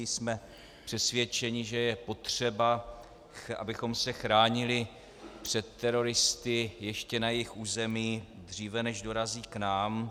Jsme přesvědčeni, že je potřeba, abychom se chránili před teroristy ještě na jejich území, dříve než dorazí k nám.